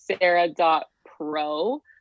sarah.pro